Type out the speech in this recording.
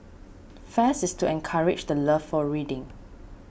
fest is to encourage the love for reading